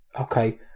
okay